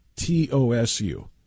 TOSU